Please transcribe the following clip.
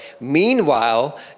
Meanwhile